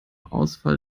ausfall